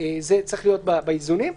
זה צריך להיות באיזונים.